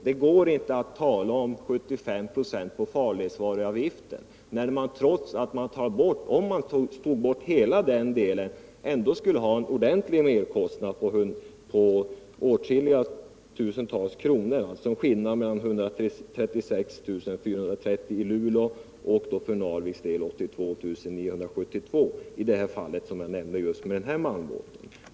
Det går inte att tala om 75 26 på farledsvaruavgiften när det, även om man tar bort hela den delen, ändå skulle röra sig om en merkostnad på åtskilliga tusentals kronor, dvs. skillnaden mellan 136 430 kr. i Luleå och 82972 kr. i Narvik när det gäller just den malmbåt som jag nämnde i mitt exempel.